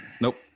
Nope